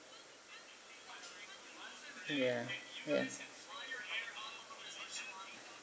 ya yes